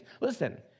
Listen